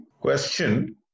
question